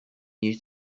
new